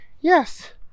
Yes